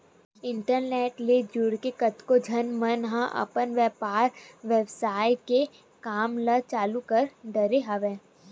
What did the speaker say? internet ले जुड़के कतको झन मन ह अपन बेपार बेवसाय के काम ल चालु कर डरे हवय